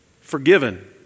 Forgiven